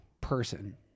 person